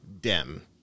Dem